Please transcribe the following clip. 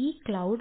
ഈ ക്ലൌഡ്